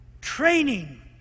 training